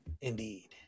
Indeed